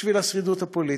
בשביל השרידות הפוליטית,